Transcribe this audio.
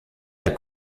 der